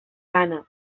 gana